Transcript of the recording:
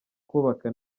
kubakwa